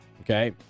okay